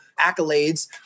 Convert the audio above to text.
accolades